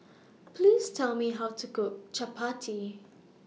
Please Tell Me How to Cook Chapati